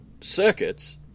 circuits